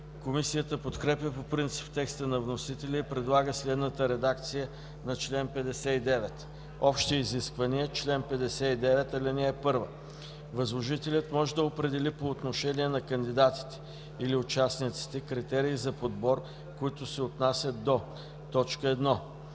Комисията подкрепя по принцип текста на вносителя и предлага следната редакция на чл. 59: „Общи изисквания Чл. 59. (1) Възложителят може да определи по отношение на кандидатите или участниците критерии за подбор, които се отнасят до: 1.